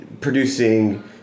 producing